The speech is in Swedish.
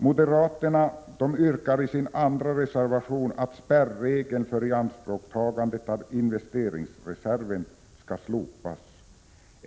Moderaterna yrkar i en annan reservation att spärregeln för ianspråktagande av investeringsreserv skall slopas.